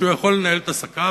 שהוא יכול לנהל את עסקיו,